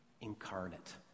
incarnate